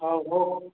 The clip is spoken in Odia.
ହେଉ ହେଉ